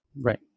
Right